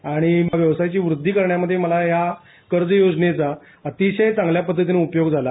आणि व्येवसाय व्रधी करण्यामध्ये मला या कर्ज योजनेचा अतिशय चांगल्या पध्दतीने उपयोग झाला